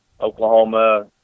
Oklahoma